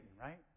right